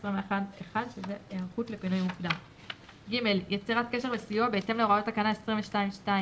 21(1) ; (ג) יצירת קשר וסיוע בהתאם להוראות תקנה 22(2)(א),